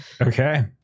Okay